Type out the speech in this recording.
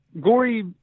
Gory